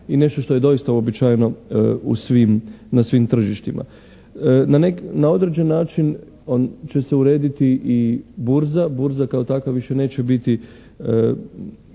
i nešto što je doista uobičajeno u svim, na svim tržištima. Na određen način će se urediti i burza. Burza kao takva više neće biti